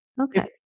Okay